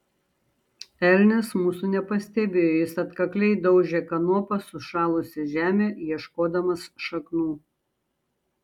elnias mūsų nepastebėjo jis atkakliai daužė kanopa sušalusią žemę ieškodamas šaknų